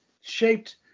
shaped